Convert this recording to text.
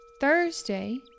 Thursday